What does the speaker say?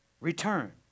return